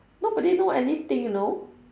nobody know anything you know